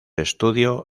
estudio